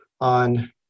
on